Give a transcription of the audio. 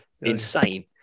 insane